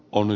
oli